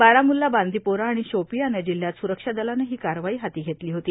बारामुल्ला बांदीपोरा आणि शोपियान जिल्ह्यात सुरक्षा दलानं ही कारवाई हाती घेतली होती